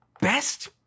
Best